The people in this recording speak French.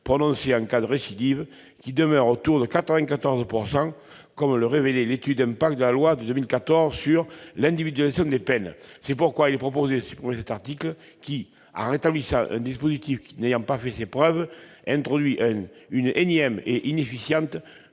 prononcées en cas de récidive, qui demeure autour de 94 %, comme le révélait l'étude d'impact de la loi de 2014. C'est pourquoi il est proposé de supprimer cet article, qui, en rétablissant un dispositif n'ayant pas fait ses preuves, introduit une énième et inefficiente